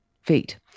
feet